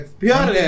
pure